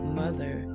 mother